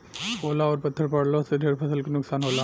ओला अउर पत्थर पड़लो से ढेर फसल के नुकसान होला